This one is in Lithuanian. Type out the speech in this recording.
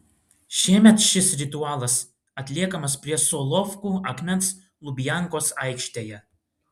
šiemet šis ritualas atliekamas prie solovkų akmens lubiankos aikštėje